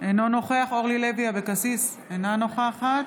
אינו נוכח אורלי לוי אבקסיס, אינה נוכחת